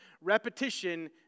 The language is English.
repetition